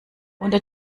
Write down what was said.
unter